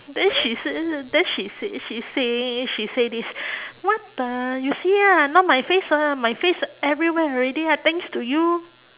then she say then she say she say she say this what the you see lah now my face ah my face everywhere already ah thanks to you